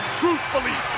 truthfully